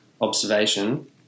observation